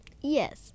Yes